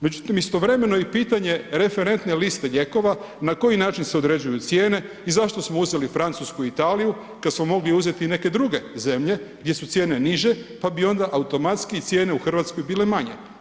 Međutim, istovremeno je i pitanje referentne liste lijekova na koji način se određuju cijene i zašto smo uzeli Francusku i Italiju kada smo mogli uzeti i neke druge zemlje gdje su cijene niže pa bi onda automatski cijene u Hrvatskoj bile manje.